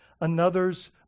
another's